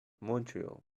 montreal